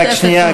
רק שנייה,